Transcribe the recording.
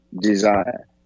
desire